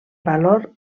valor